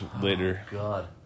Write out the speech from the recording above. later